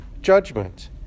judgment